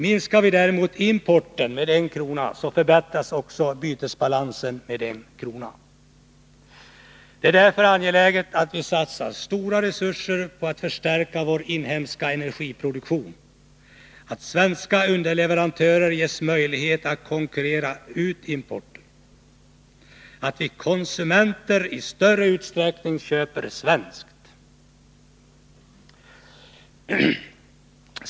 Minskar vi däremot importen med 1 kr. så förbättras också bytesbalansen med 1 kr. Det är därför angeläget att vi satsar stora resurser på att förstärka vår inhemska energiproduktion, att svenska underleverantörer ges möjlighet att konkurrera ut importen och att vi konsumenter i större utsträckning köper svenskt.